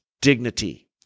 dignity